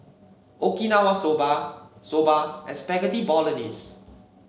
Okinawa Soba Soba and Spaghetti Bolognese